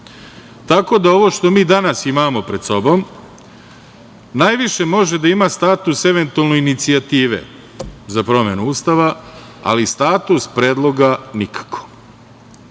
Ovo što mi danas imamo pred sobom najviše može da ima status, eventualno, inicijative za promenu Ustavu, ali status predloga nikako.